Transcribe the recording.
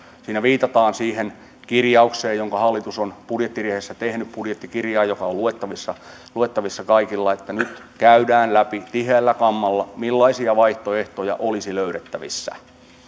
siinä viitataan siihen kirjaukseen jonka hallitus on budjettiriihessä tehnyt budjettikirjaan joka on luettavissa luettavissa kaikilla että nyt käydään läpi tiheällä kammalla millaisia vaihtoehtoja olisi löydettävissä